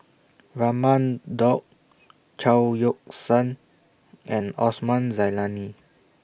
Raman Daud Chao Yoke San and Osman Zailani